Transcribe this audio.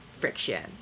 Friction